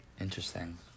Interesting